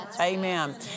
Amen